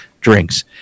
drinks